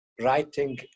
writing